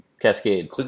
Cascade